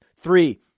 Three